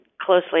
closely